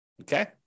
okay